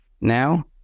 now